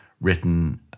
written